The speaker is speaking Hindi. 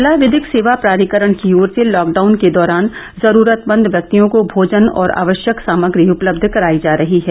जिला विधिक सेवा प्राधिकरण की ओर से लॉकडाउन के दौरान जरूरतमंद व्यक्तियों को भोजन और आवश्यक सामग्री उपलब्ध करायी जा रही है